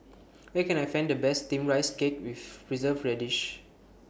Where Can I Find The Best Steamed Rice Cake with Preserved Radish